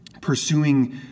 pursuing